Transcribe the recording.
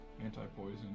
anti-poison